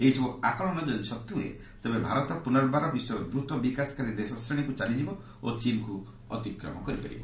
ଏହିସବୁ ଆକଳନ ଯଦି ସତ୍ୟ ହୁଏ ତେବେ ଭାରତ ପୁନର୍ବାର ବିଶ୍ୱର ଦ୍ରତ ବିକାଶକାରୀ ଦେଶ ଶ୍ରେଣୀକୁ ଚାଲିଯିବ ଓ ଚୀନ୍କୁ ଅତିକ୍ରମ କରିଯିବ